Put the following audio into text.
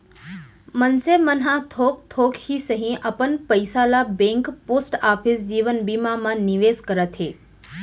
मनसे मन ह थोक थोक ही सही अपन पइसा ल बेंक, पोस्ट ऑफिस, जीवन बीमा मन म निवेस करत हे